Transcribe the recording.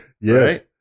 Yes